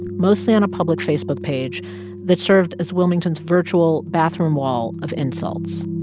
mostly on a public facebook page that served as wilmington's virtual bathroom wall of insults.